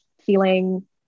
feeling